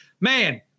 man